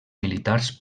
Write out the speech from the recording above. militars